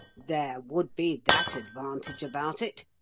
there would be that advantage about it,